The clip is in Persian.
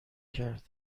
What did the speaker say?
کرد